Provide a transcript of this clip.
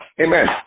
Amen